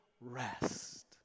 rest